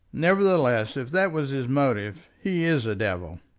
nevertheless, if that was his motive, he is a devil.